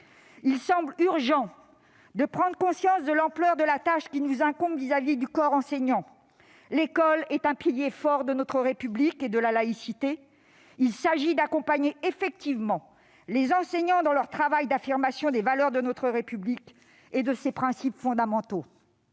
Il semble urgent de prendre conscience de l'ampleur de la tâche qui nous incombe envers le corps enseignant. L'école est un pilier fort de notre République et de la laïcité, il s'agit d'accompagner effectivement les enseignants dans leur travail d'affirmation des valeurs de notre République et de ses principes fondamentaux.